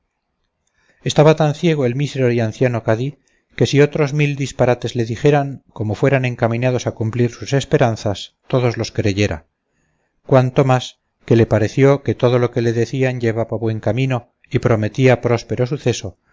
estaba tan ciego el mísero y anciano cadí que si otros mil disparates le dijeran como fueran encaminados a cumplir sus esperanzas todos los creyera cuanto más que le pareció que todo lo que le decían llevaba buen camino y prometía próspero suceso